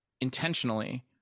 intentionally